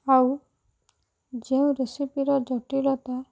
ଆଉ ଯେଉଁ ରେସିପିର ଜଟିଳତା